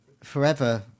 forever